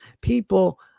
people